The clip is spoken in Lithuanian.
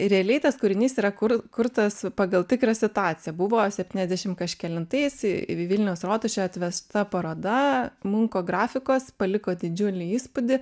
realiai tas kūrinys yra kur kurtas pagal tikrą situaciją buvo septyniasdešim kažkelintais į vilniaus rotušę atvesta paroda munko grafikos paliko didžiulį įspūdį